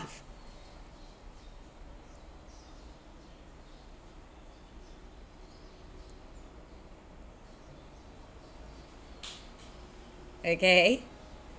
okay